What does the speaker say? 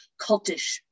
cultish